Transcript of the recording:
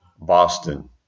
Boston